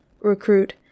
Recruit